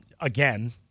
again